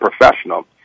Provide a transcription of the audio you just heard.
professional